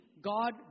God